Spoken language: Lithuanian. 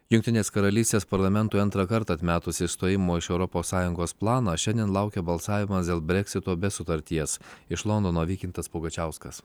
jungtinės karalystės parlamentui antrą kartą atmetus išstojimo iš europos sąjungos planą šiandien laukia balsavimas dėl breksito be sutarties iš londono vykintas pugačiauskas